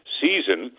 season